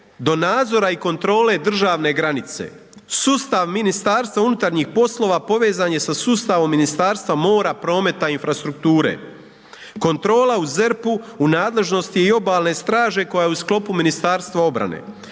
do nadzora i kontrole državne granice. Sustav MUP-a povezan je sa sustavom Ministarstva mora, prometa, infrastrukture. Kontrola u ZERP-u u nadležnosti je i obalne straže koja je u sklopu Ministarstva obrane.